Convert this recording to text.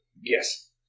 Yes